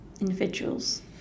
individuals